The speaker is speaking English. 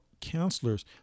counselors